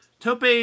Tope